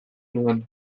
nuen